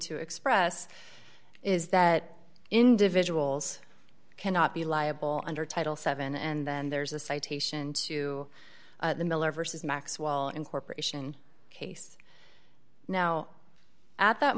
to express is that individuals cannot be liable under title seven and then there's a citation to the miller versus maxwell incorporation case now at that